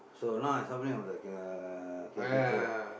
so now I suffering of the ca~ capital